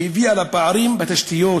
והיא הביאה לפערים בתשתיות,